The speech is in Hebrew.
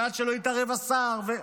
ועד שלא התערב השר.